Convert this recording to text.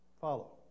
follow